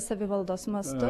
savivaldos mastu